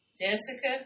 Jessica